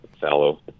fallow